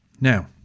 Now